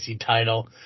title